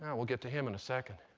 we'll get to him in a second.